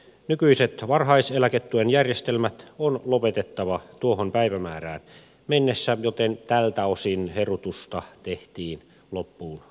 nykyiset varhaiseläketuen järjestelmät on lopetettava tuohon päivämäärään mennessä joten tältä osin herutusta tehtiin loppuun asti